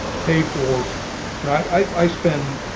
pay for i spend,